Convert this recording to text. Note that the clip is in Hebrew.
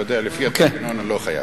אתה יודע, לפי התקנון אני לא חייב.